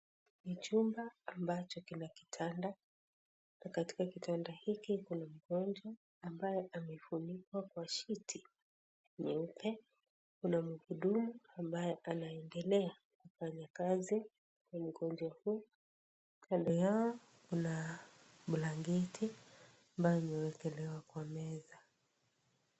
Chumba ambacho kina kitanda na katika kitanda hiki kuna mgonjwa ambaye amefunikwa kwa shiti nyeupe ,kuna mhudumu ambaye anaendelea kufanya kazi na mgonjwa huo kando yao kuna blanketi ambayo imewekelewa kwa meza.